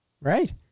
Right